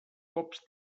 cops